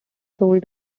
sold